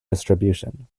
distribution